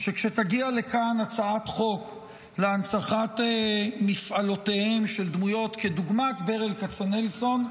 שכשתגיע לכאן הצעת חוק להנצחת מפעלותיהם של דמויות כדוגמת ברל כצנלסון,